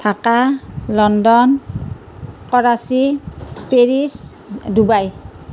Dhaka London ফৰাচী Paris Dubai